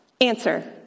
Answer